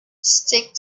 stick